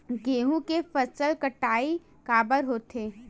गेहूं के फसल कटाई काबर होथे?